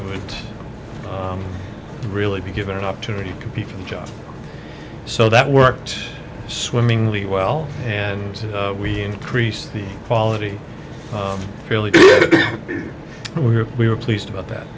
would really be given an opportunity to compete for the job so that worked swimmingly well and we increase the quality really we were we were pleased about that